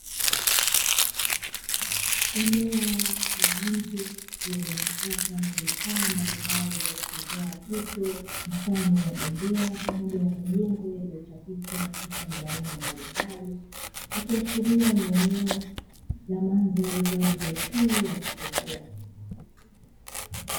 Eneo la nje lililozungukwa na vifaa mbalimbali vya kuchezea watoto; mfano wa bembea pamoja na majengo yaliyochapishwa picha za aina mbalimbali, ikiashiria ni eneo la mandhari kwa ajili ya shule ya chekechea.